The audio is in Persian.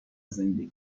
زندگی